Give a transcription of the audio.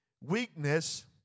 Weakness